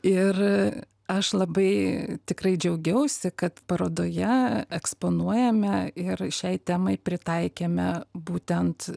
ir aš labai tikrai džiaugiausi kad parodoje eksponuojame ir šiai temai pritaikėme būtent